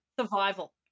survival